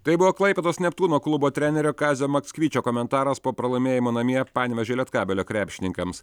tai buvo klaipėdos neptūno klubo trenerio kazio maksvyčio komentaras po pralaimėjimo namie panevėžio lietkabelio krepšininkams